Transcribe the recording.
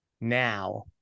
now